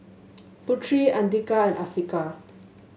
Putri Andika and Afiqah